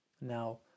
Now